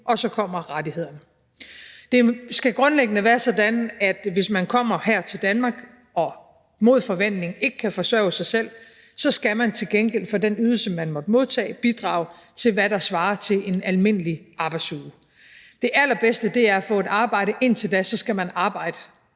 og så kommer rettighederne. Kl. 10:10 Det skal grundlæggende være sådan, hvis man kommer til Danmark og mod forventning ikke kan forsørge sig selv, at så skal man til gengæld for den ydelse, man måtte modtage, bidrage med, hvad der svarer til en almindelig arbejdsuge. Det allerbedste er at få et arbejde, og indtil da skal man arbejde